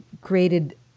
created